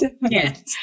Yes